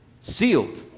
Sealed